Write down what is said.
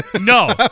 No